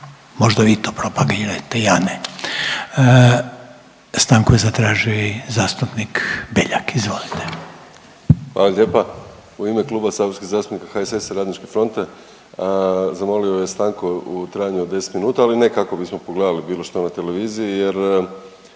Možda vi to propagirate, ja ne. Stanku je zatražio i zastupnik Beljak. Izvolite. **Beljak, Krešo (HSS)** Hvala lijepa. U ime Kluba saborskih zastupnika HSS-a i Radničke fronte zamolio bih stanku u trajanju od 10 minuta, ali ne kako bismo pogledali bilo što na televiziji jer,